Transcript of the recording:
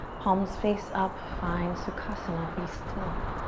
palms face up. find sukhasana. be still.